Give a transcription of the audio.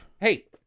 Hey